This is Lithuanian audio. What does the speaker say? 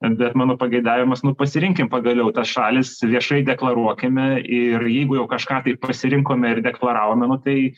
bet mano pageidavimas nu pasirinkim pagaliau tas šalis viešai deklaruokime ir jeigu jau kažką tai pasirinkome ir deklaravome nu tai